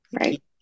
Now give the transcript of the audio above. right